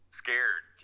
scared